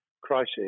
crisis